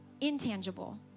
intangible